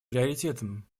приоритетом